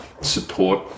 support